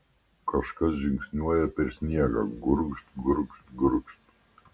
kažkas žingsniuoja per sniegą gurgžt gurgžt gurgžt